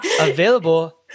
available